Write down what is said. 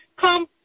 Come